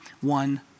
one